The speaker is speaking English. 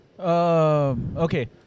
Okay